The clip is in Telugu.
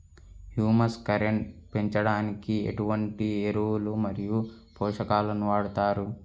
హ్యూమస్ కంటెంట్ పెంచడానికి ఎటువంటి ఎరువులు మరియు పోషకాలను వాడతారు?